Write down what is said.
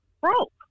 broke